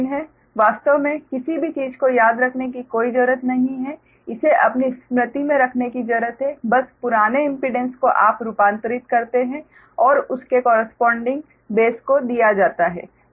वास्तव में किसी भी चीज को याद रखने की कोई जरूरत नहीं है इसे अपनी स्मृति में रखने की जरूरत है बस पुराने इम्पीडेंस को आप रूपांतरित करते हैं और उसके कोरस्पोंडिंग बेस को दिया जाता है